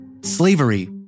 Slavery